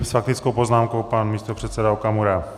S faktickou poznámkou pan místopředseda Okamura.